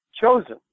Chosen